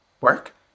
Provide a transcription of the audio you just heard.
work